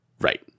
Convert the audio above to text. Right